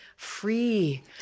free